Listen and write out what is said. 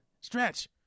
Stretch